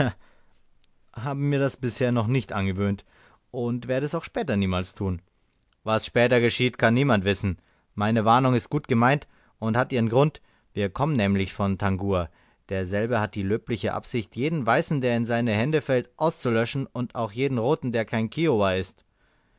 habe mir das bisher noch nicht angewöhnt und werde es auch später niemals tun was später geschieht kann niemand wissen meine warnung ist gut gemeint und hat ihren grund wir kommen nämlich von tangua derselbe hat die löbliche absicht jeden weißen der in seine hände fällt auszulöschen und auch jeden roten der kein kiowa ist